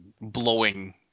blowing